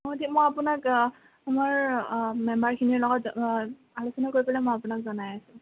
অঁ দিয়ক মই আপোনাক আমাৰ মেম্বাৰখিনিৰ লগত আলোচনা কৰি পেলাই আপোনাক জনাই আছোঁ